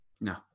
No